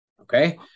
Okay